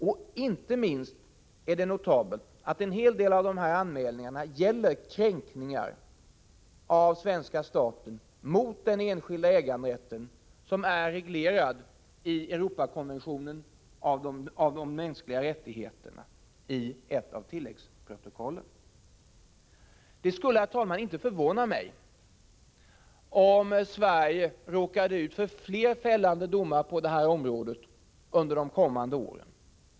Och inte minst är det notabelt att en hel del av dessa anmälningar gäller kränkningar från svenska statens sida av den enskilda äganderätten, som är reglerad i Europakonventionen om de mänskliga rättigheterna, i ett av tilläggsprotokollen. Det skulle, herr talman, inte förvåna mig om Sverige råkade ut för fler fällande domar på detta område under de kommande åren.